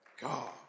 God